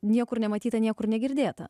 niekur nematyta niekur negirdėta